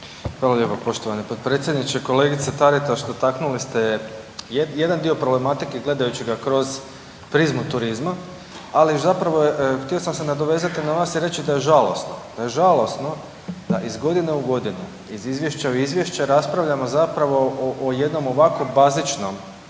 Hvala lijepa poštovani potpredsjedniče. Kolegice Taritaš dotaknuli ste jedan dio problematike gledajući ga kroz prizmu turizma, ali zapravo htio sam se nadovezati na vas i reći da je žalosno, da je žalosno da iz godine u godinu, iz izvješća u izvješće raspravljamo zapravo o jednom ovako bazičnom